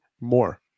more